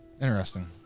Interesting